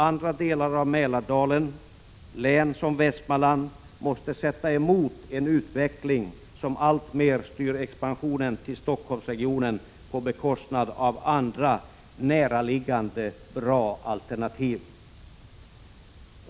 Andra delar av Mälardalen, län som Västmanland, måste sätta något mot en utveckling som alltmer styr expansionen till Stockholmsregionen på bekostnad av andra näraliggande bra alternativ.